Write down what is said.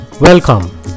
Welcome